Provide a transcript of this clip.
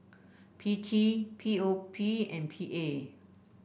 P T P O P and P A